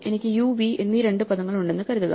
എനിക്ക് U V എന്നീ രണ്ട് പദങ്ങളുണ്ടെന്ന് കരുതുക